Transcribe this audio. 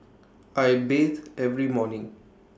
I bathe every morning